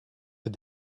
but